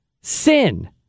Sin